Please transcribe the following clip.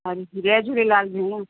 हा जी जय झूलेलाल भेण